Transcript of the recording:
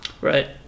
Right